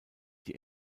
die